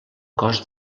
cos